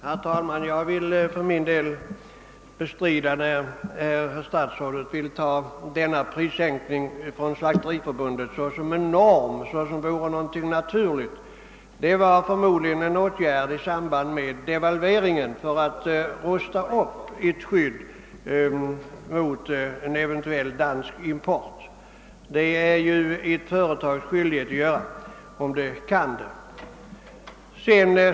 Herr talman! Jag vill för min del opponera mig, när statsrådet vill betrakta denna prissänkning från Slakteriförbundets sida såsom någonting naturligt. Den var förmodligen en åtgärd som vidtogs 1 samband med devalveringen i Danmark och varmed man avsåg att bygga upp ett skydd mot en eventuell import av danska produkter. Det är ju ett företags skyldighet att göra detta, om man kan det.